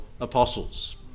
apostles